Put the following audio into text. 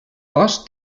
cos